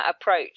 approach